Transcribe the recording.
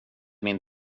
min